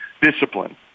discipline